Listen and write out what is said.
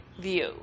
view